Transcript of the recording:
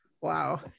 Wow